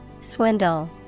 Swindle